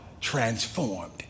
Transformed